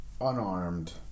unarmed